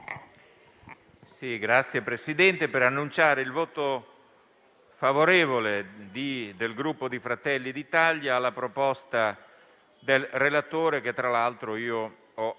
intervengo per annunciare il voto favorevole del Gruppo Fratelli d'Italia alla proposta del relatore, che tra l'altro ho votato